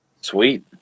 Sweet